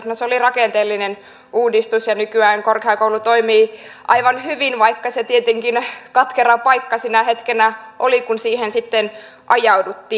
no se oli rakenteellinen uudistus ja nykyään korkeakoulu toimii aivan hyvin vaikka se tietenkin katkera paikka sinä hetkenä oli kun siihen sitten ajauduttiin